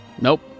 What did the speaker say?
nope